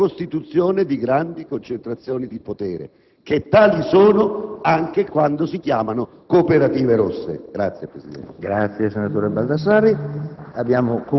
della costituzione di grandi concentrazioni di potere che tali sono, anche quando si chiamano cooperative rosse. *(Applausi